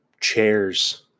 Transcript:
chairs